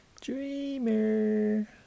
Dreamer